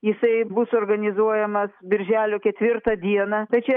jisai bus organizuojamas birželio ketvirtą dieną tai čia